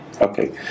Okay